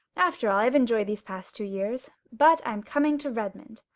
after all, i've enjoyed these past two years. but i'm coming to redmond.